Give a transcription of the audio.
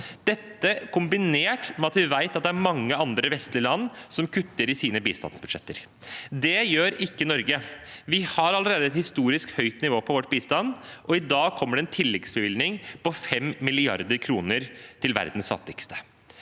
skjer kombinert med at vi vet at det er mange andre vestlige land som kutter i sine bistandsbudsjetter. Det gjør ikke Norge. Vi har allerede et historisk høyt nivå på vår bistand, og i dag kommer det en tilleggsbevilgning på 5 mrd. kr til verdens fattigste